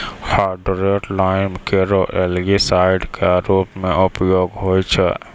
hydrated lime केरो algicide क रूप म उपयोग होय छै